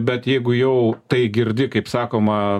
bet jeigu jau tai girdi kaip sakoma